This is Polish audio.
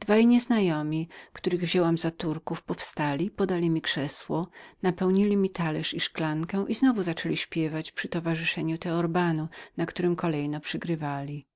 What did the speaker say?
dwaj nieznajomi których wzięłam za turków powstali podali mi krzesło napełnili mi talerz i szklankę i znowu zaczęli śpiewać przy towarzyszeniu teorbanu na którym kolejno przygrywali